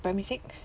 primary six